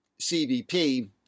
CBP